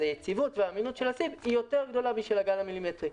אז היציבות והאמינות של הסיב גדולה יותר משל הגל המילימטרי.